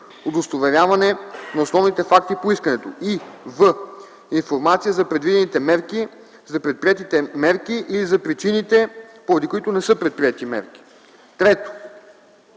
удостоверяване на основните факти по искането и в) информация за предвидените мерки, за предприетите мерки или за причините, поради които не са предприети мерки. 3.